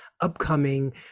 upcoming